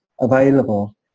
available